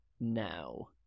now